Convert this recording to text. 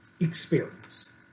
Experience